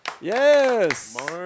Yes